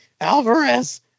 Alvarez